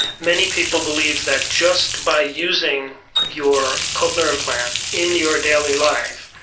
many people believe that just by using your cochlear implant in your daily life,